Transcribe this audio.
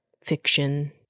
fiction